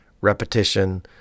repetition